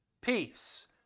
Peace